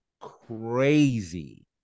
crazy